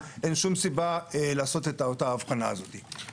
אותו מגזר של כמות העסקים שהם בין לבין.